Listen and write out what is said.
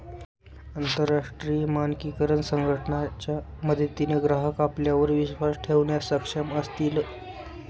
अंतरराष्ट्रीय मानकीकरण संघटना च्या मदतीने ग्राहक आपल्यावर विश्वास ठेवण्यास सक्षम असतील